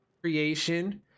creation